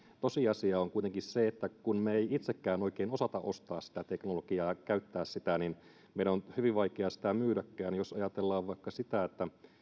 tosiasia on kuitenkin se että kun me emme itsekään oikein osaa ostaa sitä teknologiaa ja käyttää sitä niin meidän on hyvin vaikea sitä myydäkään jos ajatellaan vaikka sitä